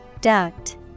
Duct